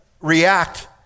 react